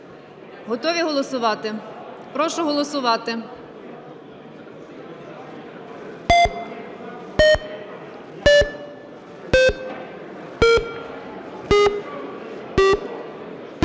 Готові голосувати? Прошу голосувати.